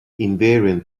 invariant